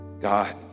God